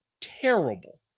terrible